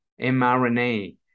mRNA